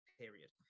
period